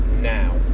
Now